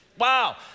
Wow